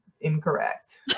Incorrect